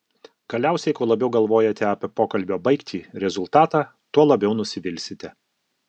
galiausiai kuo labiau galvojate apie pokalbio baigtį rezultatą tuo labiau nusivilsite